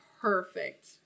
perfect